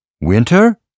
Winter